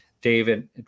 David